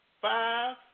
Five